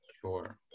Sure